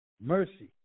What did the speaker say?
mercy